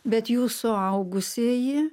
bet jūs suaugusieji